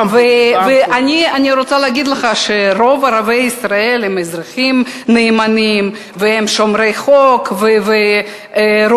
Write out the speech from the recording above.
ואני רוצה להגיד לך שרוב ערביי ישראל הם אזרחים נאמנים ושומרי חוק ורובם